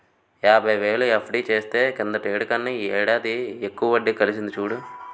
యాబైవేలు ఎఫ్.డి చేస్తే కిందటేడు కన్నా ఈ ఏడాది ఎక్కువ వడ్డి కలిసింది చూడు